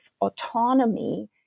autonomy